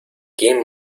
quién